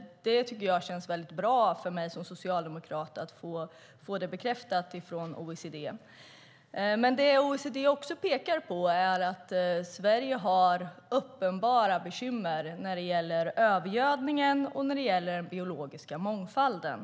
Det känns bra för mig som socialdemokrat att få detta bekräftat från OECD. Men OECD pekar också på att Sverige har uppenbara bekymmer när det gäller övergödningen och den biologiska mångfalden.